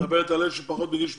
את מדברת על אלה שפחות מגיל 18?